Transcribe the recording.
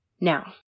Now